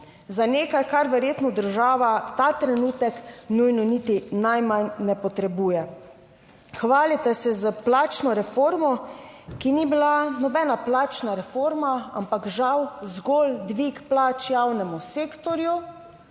za nekaj, kar verjetno država ta trenutek nujno niti najmanj ne potrebuje. Hvalite se s plačno reformo, ki ni bila nobena plačna reforma, ampak žal zgolj dvig plač javnemu sektorju,